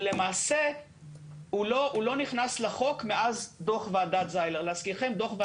ולמעשה הוא לא נכנס לחוק מאז דוח ועדת זיילר.